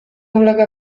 ulega